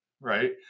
right